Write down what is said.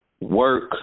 work